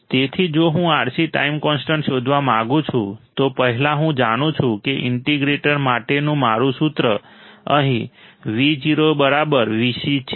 તેથી જો હું RC ટાઈમ કોન્સ્ટન્ટ શોધવા માંગુ છું તો પહેલા હું જાણું છું કે ઇન્ટિગ્રેટર માટેનું મારું સૂત્ર અહીં Vo Vc છે